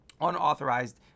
unauthorized